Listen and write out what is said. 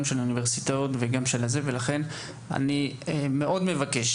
גם של האוניברסיטאות וגם של הזה ולכן אני מאוד מבקש,